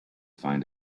find